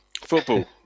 Football